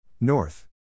North